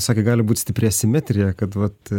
sakė gali būt stipri asimetrija kad vat